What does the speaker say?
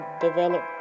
develop